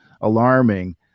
alarming